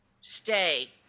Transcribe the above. stay